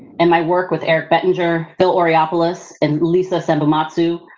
in my work with eric bettinger, phil oreopoulos and lisa sanbonmatsu,